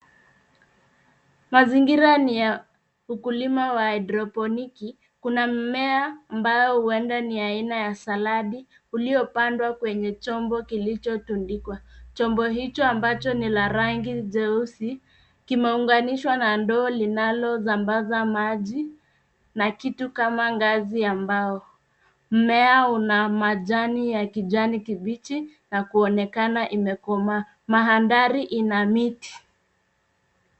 Mazingira ni ya ukulima wa haidroponiki; kuna mmea ambao huenda ni aina ya saladi uliopandwa kwenye chombo kilichotundikwa. Chombo hicho ambacho ni la rangi nyeusi kimeunganishwa na ndoo linalosambaza maji na kitu kama ngazi ya mbao. Mmea una majani ya kijani kibichi na kuonekana imekomaa. Mandhari ina miti.